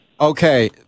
Okay